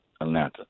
Atlanta